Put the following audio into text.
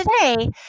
today